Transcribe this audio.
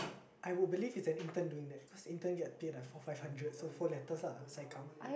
I will believe is an intern doing that cause intern get pay like four five hundreds so four letters lah side come